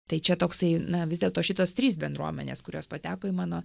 tai čia toksai na vis dėlto šitos trys bendruomenės kurios pateko į mano